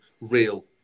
real